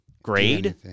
grade